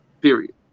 period